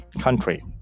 country